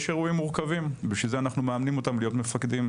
יש אירועים מורכבים ובשביל זה אנחנו מאמנים אותם להיות מפקדים.